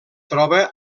troba